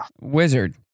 wizard